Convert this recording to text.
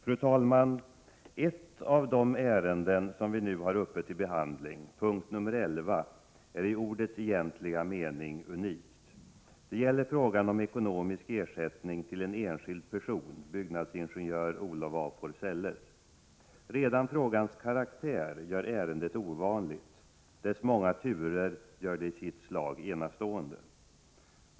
Fru talman! Ett av de ärenden vi nu har uppe till behandling, punkt nr 11, är i ordets egentliga mening unikt. Det gäller frågan om ekonomisk ersättning till en enskild person, byggnadsingenjören Olof af Forselles. Redan frågans karaktär gör ärendet ovanligt; dess många turer gör det i sitt slag enastående.